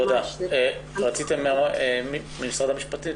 משרד המשפטים,